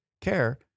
care